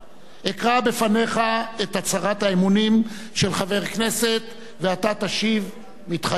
אקרא בפניך את הצהרת האמונים של חבר הכנסת ואתה תשיב: "מתחייב אני".